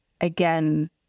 again